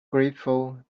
grateful